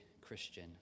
Christian